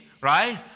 right